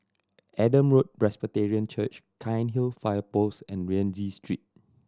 Adam Road Presbyterian Church Cairnhill Fire Post and Rienzi Street